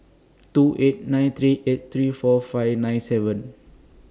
two eight nine three eight three four five nine seven